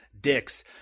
Dicks